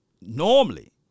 normally